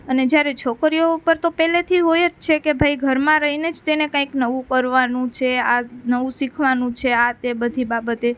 અને જ્યારે છોકરીઓ ઉપર તો પહેલેથી હોય જ છે કે ભાઈ ઘરમાં રહીને જ તેને કાંઇ નવું કરવાનું છે આ નવું શીખવાનું છે આ તે બધી બાબતે